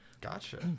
gotcha